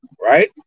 Right